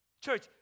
Church